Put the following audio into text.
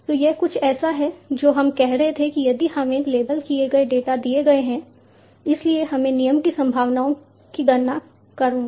तो यह कुछ ऐसा है जो हम कह रहे थे यदि हमें लेबल किए गए डेटा दिए गए हैं इसीलिए मैं नियम की संभावनाओं की गणना करूंगा